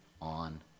on